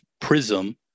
prism